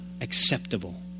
acceptable